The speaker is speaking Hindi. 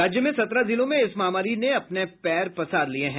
राज्य में सत्रह जिलों में इस महामारी ने अपने पैर पसार लिये हैं